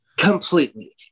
Completely